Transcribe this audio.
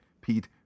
pete